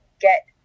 get